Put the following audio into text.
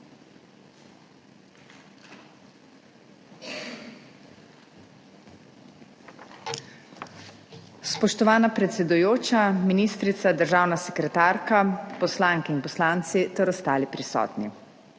Spoštovana predsedujoča ministrica, državna sekretarka, poslanke in poslanci ter ostali prisotni!